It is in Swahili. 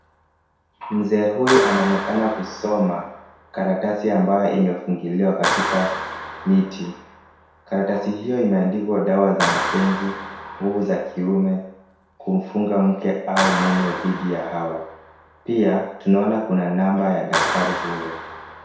Mzee huyu anaonekana kusoma karatasi ambayo imefungiliwa katika miti. Karatasi hiyo imeandikwa dawa za mapenzi, nguvu za kiume, kumfunga mke au mume dhidi ya hawala. Pia tunaona kuna namba ya daktari huyo.